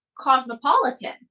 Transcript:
Cosmopolitan